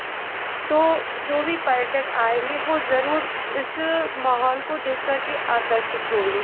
तो जो भी पर्यटक आएँगे वो ज़रूर इस माहौल को देखकर के आकर्षित होंगे